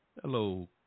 Hello